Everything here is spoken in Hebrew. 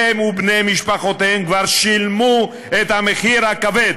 הם ובני משפחותיהם כבר שילמו את המחיר הכבד